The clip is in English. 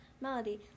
Melody